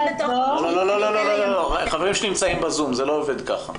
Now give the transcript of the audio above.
לא, חברים שנמצאים בזום, זה לא עובד כך.